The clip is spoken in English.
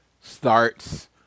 starts